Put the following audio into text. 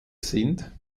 sind